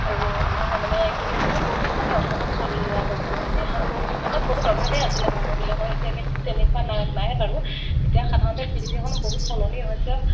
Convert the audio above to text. আৰু আমাৰ মানে কি হ'ল বহুত মানে অভাৱত চলিলোঁ আৰু বস্তু বেহানি আৰু আগত বহুত অভাৱেই আছিলে মানুহবিলাকৰ এতিয়া কিন্তু তেনেকুৱা নাই নাই বাৰু এতিয়া সাধাৰণতে পৃথিৱীখন বহুত সলনি হৈছে